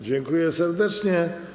Dziękuję serdecznie.